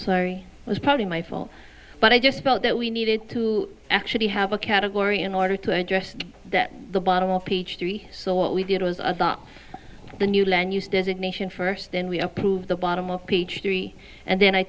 larry was probably my fault but i just felt that we needed to actually have a category in order to address that the bottom up peachtree so what we did was adopt the new land use designation first then we approve the bottom of page three and then i